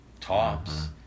tops